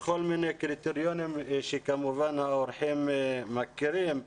בכל מיני קריטריונים שכמובן האורחים מכירים,